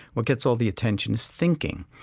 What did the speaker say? what gets all the attention is thinking.